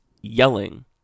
yelling